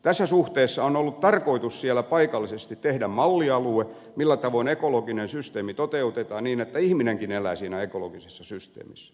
tässä suhteessa on ollut tarkoitus siellä paikallisesti tehdä mallialue siitä millä tavoin ekologinen systeemi toteutetaan niin että ihminenkin elää siinä ekologisessa systeemissä